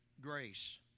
grace